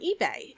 eBay